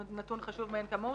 נתון חשוב מאין כמוהו,